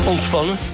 Ontspannen